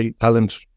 talent